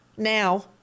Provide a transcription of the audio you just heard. Now